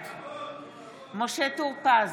בעד משה טור פז,